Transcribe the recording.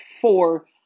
four